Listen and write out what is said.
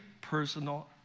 personal